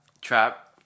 trap